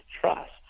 trust